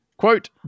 Quote